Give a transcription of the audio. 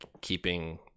keeping